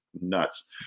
Nuts